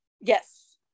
Yes